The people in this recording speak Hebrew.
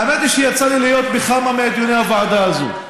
האמת היא שיצא לי להיות בכמה מדיוני הוועדה הזאת,